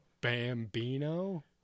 bambino